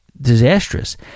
disastrous